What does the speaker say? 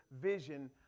vision